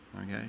okay